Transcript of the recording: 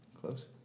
close